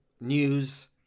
news